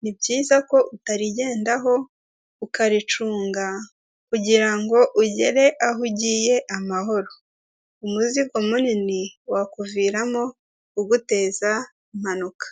Nibyiza ko utarigendaho ukaricunga kugira ngo ugere aho ugiye amahoro. Umuzigo munini wakuviramo kuguteza impanuka.